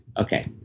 okay